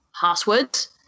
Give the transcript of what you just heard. passwords